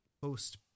post